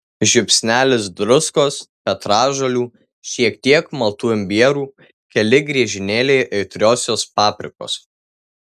žiupsnelis druskos petražolių šiek tiek maltų imbierų keli griežinėliai aitriosios paprikos